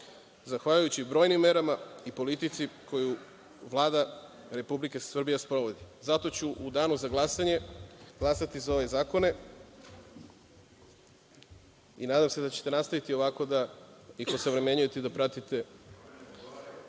zahvaljujući brojnim merama i politici koju Vlada Republike Srbije sprovodi. Zato ću u danu za glasanje glasati za ove zakone i nadam se da ćete nastaviti da ih ovako osavremenjujete… **Maja